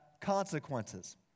consequences